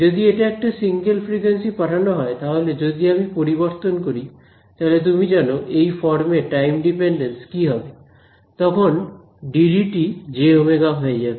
যদি এটা একটা সিঙ্গেল ফ্রিকোয়েন্সি পাঠানো হয় তাহলে যদি আমি পরিবর্তন করি তাহলে তুমি জানো এই ফর্ম এর টাইম ডিপেন্ডেন্স কি হবে তখন ddt j ওমেগা হয়ে যাবে